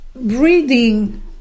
Breathing